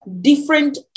different